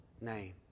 name